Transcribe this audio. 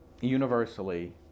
universally